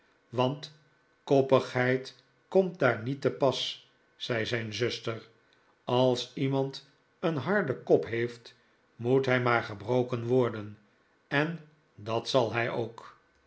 want koppigheid komt daar niet te pas zei zijn zuster als iemand een harden kop heeft moet hij maar gebroken worden en dat zal hij ook